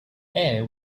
air